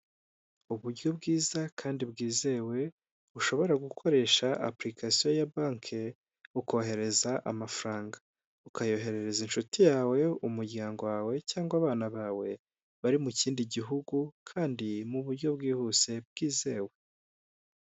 Uburyo bwiza kandi bwizewe ushobora gukoresha apurikasiyo ya banki ukohereza amafaranga. Ukayoherereza inshuti yawe, umuryango wawe cyangwa abana bawe bari mu kindi gihugu kandi mu buryo bwihuse bwizewe.